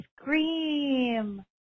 scream